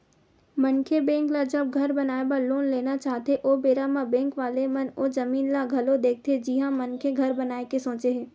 मनखे बेंक ले जब घर बनाए बर लोन लेना चाहथे ओ बेरा म बेंक वाले मन ओ जमीन ल घलो देखथे जिहाँ मनखे घर बनाए के सोचे हे